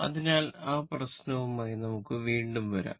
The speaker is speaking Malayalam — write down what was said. അതിനാൽ ആ പ്രശ്നവുമായി നമുക്ക് വീണ്ടും വരാം